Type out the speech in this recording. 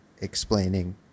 explaining